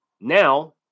now